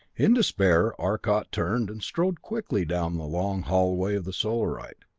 in despair arcot turned and strode quickly down the long hallway of the solarite.